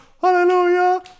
hallelujah